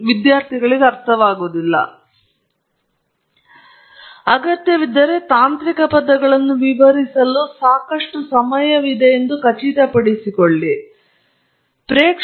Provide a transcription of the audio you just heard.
ನೀವು ಸಾಕಷ್ಟು ಮಾರ್ಪಾಡುಗಳನ್ನು ಮಾಡಬೇಕಾಗಿದೆ ಅಗತ್ಯವಿದ್ದರೆ ತಾಂತ್ರಿಕ ಪದಗಳನ್ನು ವಿವರಿಸಲು ಸಾಕಷ್ಟು ಸಮಯವಿದೆ ಎಂದು ಖಚಿತಪಡಿಸಿಕೊಳ್ಳಬೇಕು ಪ್ರೇಕ್ಷಕರು ಆಸಕ್ತಿ ಹೊಂದಿರಬಹುದಾದಂತಹ ವಿಷಯಗಳ ಹೈಲೈಟ್ ಮಾಡಲು ಸಾಕಷ್ಟು ಸಮಯವಿದೆ